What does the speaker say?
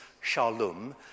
shalom